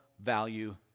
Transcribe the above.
value